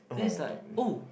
oh